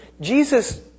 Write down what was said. Jesus